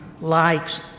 likes